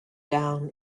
down